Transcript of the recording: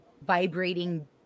vibrating